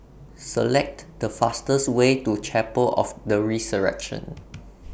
Select The fastest Way to Chapel of The Resurrection